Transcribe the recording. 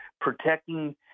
protecting